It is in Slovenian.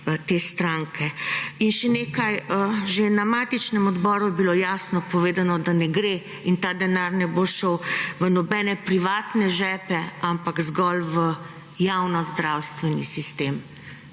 te stranke. In še nekaj. Že na matičnem odboru je bilo jasno povedano, da ne gre in ta denar ne bo šel v nobene privatne žepe, ampak zgolj v javnozdravstveni sistem.